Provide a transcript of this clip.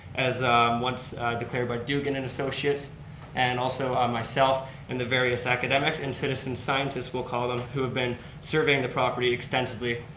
as once declared by dugan and associates and also myself and the various academics and citizen scientists, we'll call them, who have been surveying the property extensively,